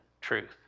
truth